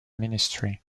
ministry